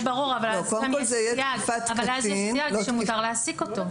אבל אז יש סייג שמותר להעסיק אותו.